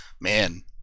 man